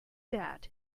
that